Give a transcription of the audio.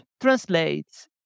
translates